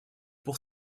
pour